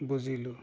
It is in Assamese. বুজিলোঁ